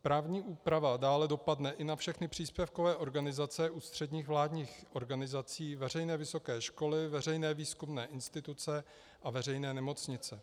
Právní úprava dále dopadne i na všechny příspěvkové organizace ústředních vládních organizací, veřejné vysoké školy, veřejné výzkumné instituce a veřejné nemocnice.